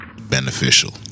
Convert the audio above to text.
beneficial